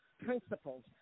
principles